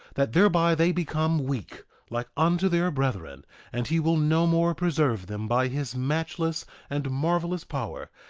that thereby they become weak like unto their brethren and he will no more preserve them by his matchless and marvelous power,